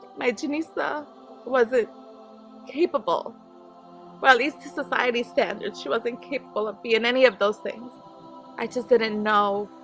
my, janista was it capable wellhe's to society standard she wasn't capable of being any of those things i just didn't know,